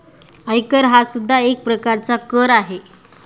आयकर हा सुद्धा एक प्रकारचा कर आहे